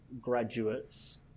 graduates